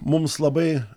mums labai